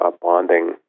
bonding